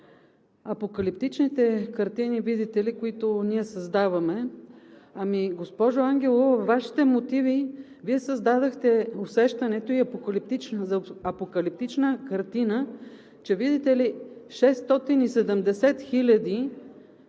апокалиптичните картини видите ли, които ние създаваме. Госпожо Ангелова, във Вашите мотиви Вие създадохте усещането и апокалиптична картина, че видите ли, 670 хиляди